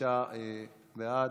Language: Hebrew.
הצביעו בעד,